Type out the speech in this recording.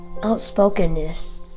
Outspokenness